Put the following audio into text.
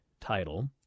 Title